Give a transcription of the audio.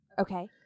Okay